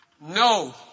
No